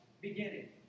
beginning